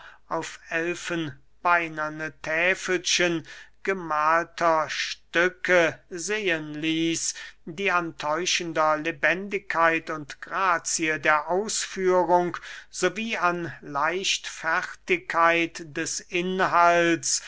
auf elfenbeinerne täfelchen gemahlter stücke sehen ließ die an täuschender lebendigkeit und grazie der ausführung so wie an leichtfertigkeit des inhaltspinxit